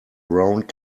round